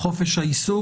חופש העיסוק,